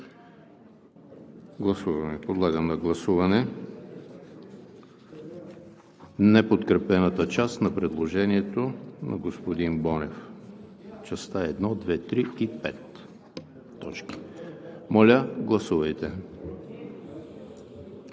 Подлагам на гласуване неподкрепената част на предложението на господин Бонев – точки 1, 2, 3 и 5. Гласували